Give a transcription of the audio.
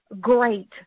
great